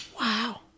Wow